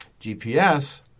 GPS